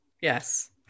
Yes